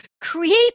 create